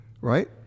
Right